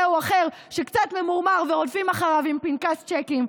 או אחר שקצת ממורמר ורודפים אחריו עם פנקס צ'קים.